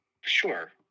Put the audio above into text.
sure